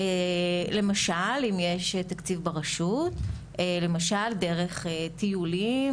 למשל אם יש תקציב ברשות למשל דרך טיולים